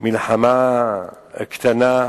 מלחמה קטנה,